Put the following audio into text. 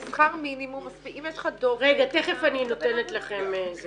בשכר מינימום אם יש לך דופק -- תיכף אני נותנת לכם.